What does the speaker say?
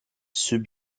sub